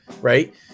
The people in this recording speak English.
right